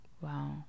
Wow